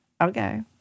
okay